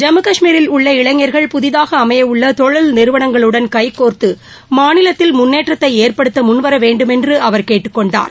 ஜம்மு காஷ்மீரில் உள்ள இளைஞர்கள் புதிதாக அமையவுள்ள தொழில் நிறுவனங்களுடன் கைகோ்த்து மாநிலத்தில் முன்னேற்றத்தை ஏற்படுத்த முன்வர வேண்டும் என்று அவர் கேட்டுக் கொண்டார்